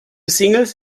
singles